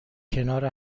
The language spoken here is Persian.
کنار